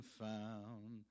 found